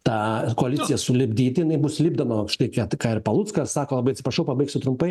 tą koaliciją sulipdyti jinai bus lipdoma štai ką ir paluckas sako labai atsiprašau pabaigsiu trumpai